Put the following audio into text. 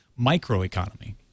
microeconomy